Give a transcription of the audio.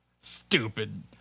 Stupid